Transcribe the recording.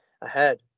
ahead